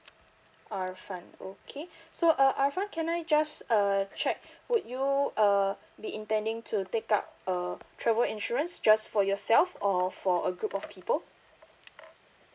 arfan okay so uh arfan can I just uh check would you uh be intending to take up a travel insurance just for yourself or for a group of people